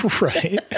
Right